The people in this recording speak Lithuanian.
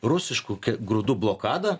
rusiškų grūdų blokada